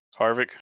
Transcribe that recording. Harvick